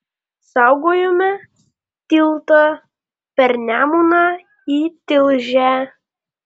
saugojome tiltą per nemuną į tilžę